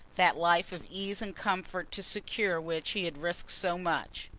that life of ease and comfort to secure which he had risked so much.